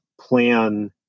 plan